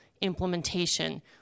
implementation